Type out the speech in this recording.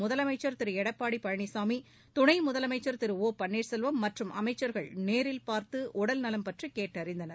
முதலமைச்சர் திருஎடப்பாடிபழனிசாமி துணைமுதலமைச்சர் பன்னீர்செல்வம் மற்றும் அமைச்சர்கள் நேரில் பார்த்துஉடல்நலம் திரு ஒ பற்றிகேட்டறிந்தனர்